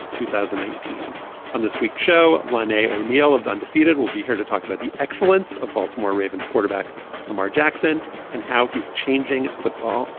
two thousand and eight. on this week's show, lonnae o'neal of the undefeated will be here to talk about the excellence of baltimore ravens quarterback lamar jackson and how he's changing football.